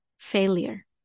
failure